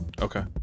Okay